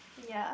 ya